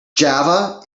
java